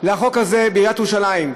לחוק הזה בעיריית ירושלים,